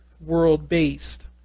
world-based